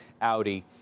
Audi